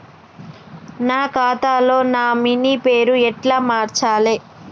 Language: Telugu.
నా ఖాతా లో నామినీ పేరు ఎట్ల మార్చాలే?